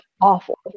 awful